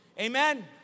Amen